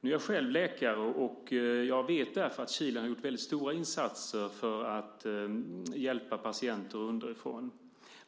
Jag är själv läkare, och jag vet därför att Kilen har gjort väldigt stora insatser för att hjälpa patienter underifrån.